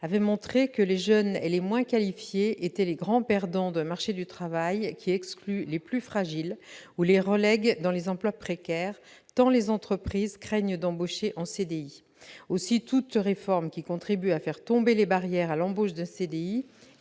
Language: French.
avaient montré que les jeunes et les moins qualifiés étaient les « grands perdants d'un marché du travail qui exclut les plus fragiles ou les relègue dans les emplois précaires, tant les entreprises craignent d'embaucher en CDI ». Aussi, toute réforme qui contribue à faire tomber les barrières à l'embauche en CDI